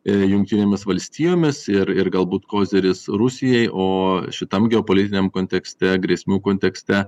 i jungtinėmis valstijomis ir ir galbūt koziris rusijai o šitam geopolitiniam kontekste grėsmių kontekste